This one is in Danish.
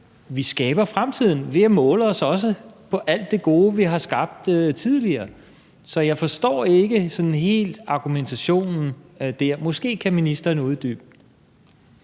Vi skaber fremtiden ved også at måle os på alt det gode, vi har skabt tidligere. Så jeg forstår ikke sådan helt argumentationen der; måske kan ministeren uddybe.